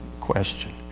question